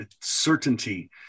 certainty